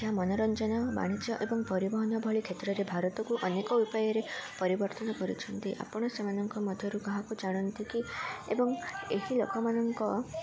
ଏହା ମନୋରଞ୍ଜନ ବାଣିଜ୍ୟ ଏବଂ ପରିବହନ ଭଳି କ୍ଷେତ୍ରରେ ଭାରତକୁ ଅନେକ ଉପାୟରେ ପରିବର୍ତ୍ତନ କରଛନ୍ତି ଆପଣ ସେମାନଙ୍କ ମଧ୍ୟରୁ କାହାକୁ ଜାଣନ୍ତି କି ଏବଂ ଏହି ଲୋକମାନଙ୍କ